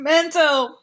Mental